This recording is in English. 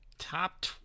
Top